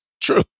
true